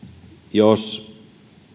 jos